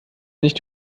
nicht